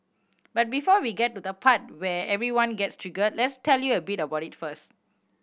but before we get to the part where everyone gets triggered let's tell you a bit about it first